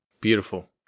Beautiful